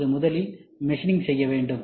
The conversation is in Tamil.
அது முதலில் மெஷினிங் செய்யவேண்டும்